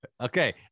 Okay